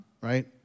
right